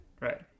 right